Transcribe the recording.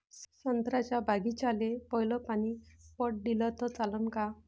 संत्र्याच्या बागीचाले पयलं पानी पट दिलं त चालन का?